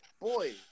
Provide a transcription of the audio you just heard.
boy